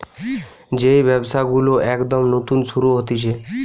যেই ব্যবসা গুলো একদম নতুন শুরু হতিছে